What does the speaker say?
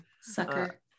Sucker